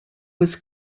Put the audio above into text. was